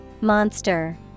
Monster